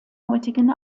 heutigen